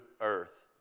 earth